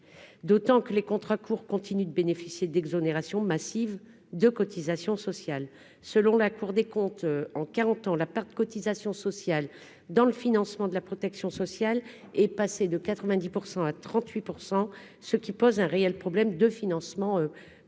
d'autant que les contrats courts continue de bénéficier d'exonérations massives de cotisations sociales, selon la Cour des comptes en 40 ans, la perte de cotisations sociales dans le financement de la protection sociale est passé de 90 % à 38 %, ce qui pose un réel problème de financement pour